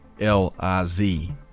L-I-Z